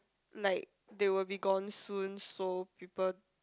like they will be gone soon so people